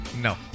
No